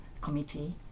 committee